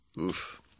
Oof